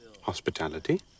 hospitality